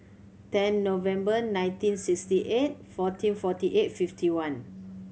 ten November nineteen sixty eight fourteen forty eight fifty one